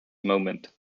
moment